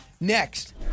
Next